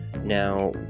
Now